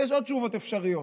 יש עוד תשובות אפשריות.